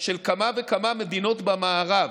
של כמה וכמה מדינות במערב,